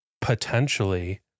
potentially